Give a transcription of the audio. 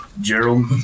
Gerald